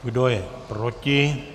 Kdo je proti?